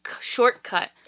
shortcut